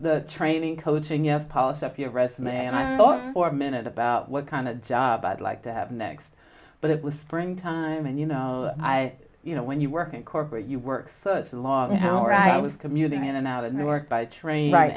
to training coaching yes polish up your resume and i thought for a minute about what kind of job i'd like to have next but it was spring time and you know i you know when you work in corporate you work such long hours i was commuting in and out of new york by train right